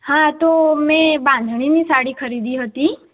હા તો મેં બાંધણીની સાડી ખરીદી હતી